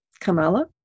Kamala